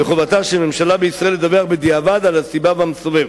וחובתה של ממשלה בישראל לדווח בדיעבד על הסיבה והמסובב.